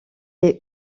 est